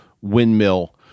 windmill